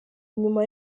nyuma